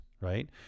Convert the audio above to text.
right